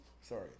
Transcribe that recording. Sorry